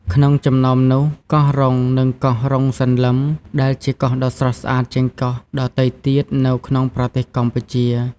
ក្នុងចំណោមនោះ កោះរ៉ុង និងកោះរ៉ុងសន្លឹម ដែលជាកោះដ៏ស្រស់ស្អាតជាងកោះដទៃទៀតនៅក្នុងប្រទេសកម្ពុជា។